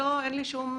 אין לי שום דבר.